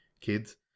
kids